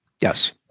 Yes